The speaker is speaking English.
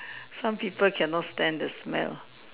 some people cannot stand the smell